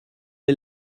est